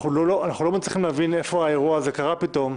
אנחנו לא מצליחים להבין איפה האירוע הזה קרה פתאום,